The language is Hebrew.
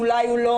אולי הוא לא